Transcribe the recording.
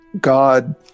God